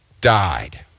died